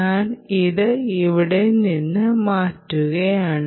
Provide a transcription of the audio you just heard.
ഞാൻ ഇത് ഇവിടെ നിന്ന് മാറ്റുകയാണ്